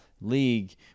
league